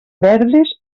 verdes